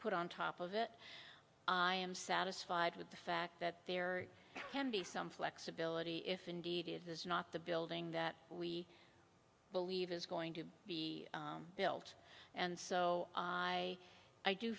put on top of it i am satisfied with the fact that there can be some flexibility if indeed it is not the building that we believe is going to be built and so i i do